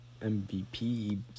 MVP